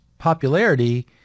popularity